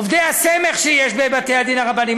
עובדי הסמך שיש בבתי-הדין הרבניים,